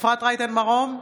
אפרת רייטן מרום,